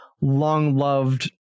long-loved